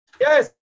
Yes